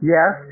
Yes